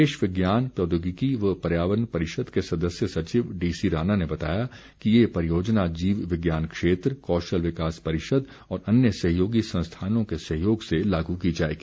प्रदेश विज्ञान प्रौद्योगिकी व पर्यावरण परिषद के सदस्य सचिव डीसी राणा ने बताया कि ये परियोजना जीव विज्ञान क्षेत्र कौशल विकास परिषद और अन्य सहयोगी संस्थानों के सहयोग से लागू की जाएगी